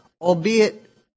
albeit